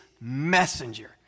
messenger